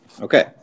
Okay